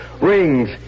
rings